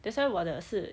that's why 我的是